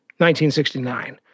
1969